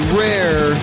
rare